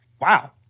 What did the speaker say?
Wow